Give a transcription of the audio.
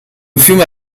fiume